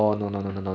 I not sure